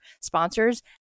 sponsors